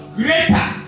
greater